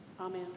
Amen